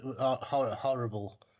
horrible